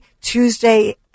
Tuesday